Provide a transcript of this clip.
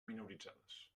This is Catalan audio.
minoritzades